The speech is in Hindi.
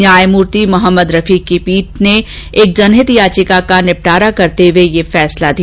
न्यायमुर्ति मोहम्मद रफीक की खण्डपीठ ने एक जनहित याचिका का निपटारा करते हए यह फैसला दिया